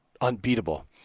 unbeatable